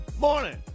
Morning